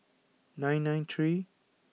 nine nine three